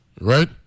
right